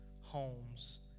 homes